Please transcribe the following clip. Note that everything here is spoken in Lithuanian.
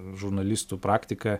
žurnalistų praktiką